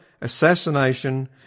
assassination